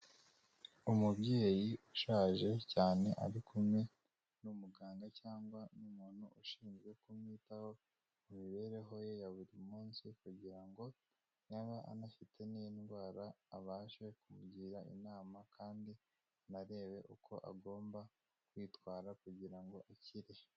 Umubyeyi ushaje cyane ari kumwe n'umuganga cyangwa n'umuntu ushinzwe kumwitaho mu mibereho ye ya buri munsi kugira ngo, naba anafite n'indwara abashe kumugira inama, kandi anarebe uko agomba kwitwara kugira ngo ikire.